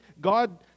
God